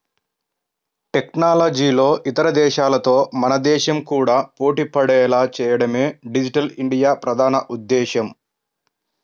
టెక్నాలజీలో ఇతర దేశాలతో మన దేశం కూడా పోటీపడేలా చేయడమే డిజిటల్ ఇండియా ప్రధాన ఉద్దేశ్యం